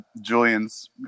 Julian's